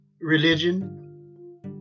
religion